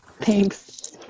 Thanks